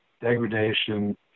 degradation